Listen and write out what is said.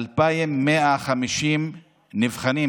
שיש 2,150 נבחנים.